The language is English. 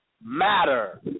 matter